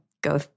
go